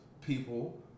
people